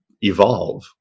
evolve